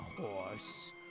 horse